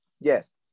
yes